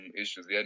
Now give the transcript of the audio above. issues